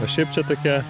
o šiaip čia tokia